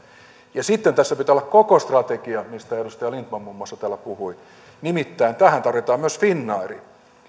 ja sitten tässä pitää olla koko strategia mistä edustaja lindtman muun muassa täällä puhui nimittäin tähän tarvitaan myös finnairia